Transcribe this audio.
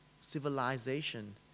civilization